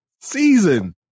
season